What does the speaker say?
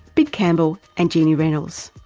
bid campbell and jeannie reynolds.